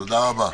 תודה.